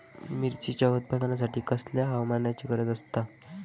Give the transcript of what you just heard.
मिरचीच्या उत्पादनासाठी कसल्या हवामानाची गरज आसता?